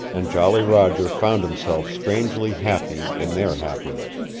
and jolly roger found himself strangely happy in their happiness.